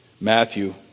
Matthew